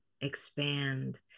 expand